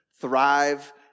Thrive